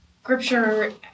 scripture